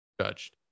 judged